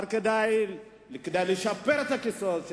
אבל כדאי לשפר את הכיסאות,